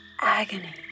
agony